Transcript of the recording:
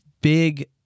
big